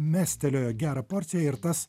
mestelėjo gerą porciją ir tas